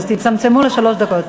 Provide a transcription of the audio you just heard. אז תצמצמו לשלוש דקות.